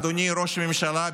אדוני ראש הממשלה,